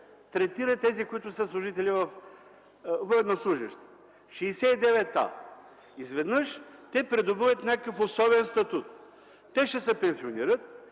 третира тези, които са военнослужещи. Изведнъж те придобиват някакъв особен статут. Те ще се пенсионират